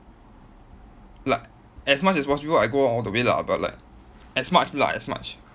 like as much as possible I go all the way lah but like as much lah as much